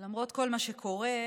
למרות כל מה שקורה,